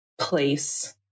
place